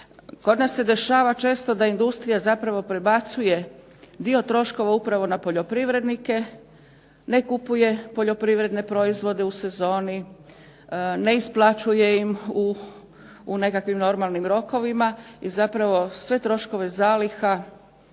Kod nas se dešava često da industrija zapravo prebacuje dio troškova upravo na poljoprivrednike, ne kupuje poljoprivredne proizvode u sezoni, ne isplaćuje im u nekakvim normalnim rokovima i zapravo sve troškove zaliha,